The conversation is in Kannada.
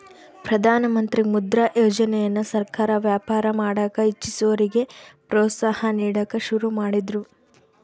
ಪ್ರಧಾನಮಂತ್ರಿ ಮುದ್ರಾ ಯೋಜನೆಯನ್ನ ಸರ್ಕಾರ ವ್ಯಾಪಾರ ಮಾಡಕ ಇಚ್ಚಿಸೋರಿಗೆ ಪ್ರೋತ್ಸಾಹ ನೀಡಕ ಶುರು ಮಾಡಿದ್ರು